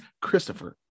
Christopher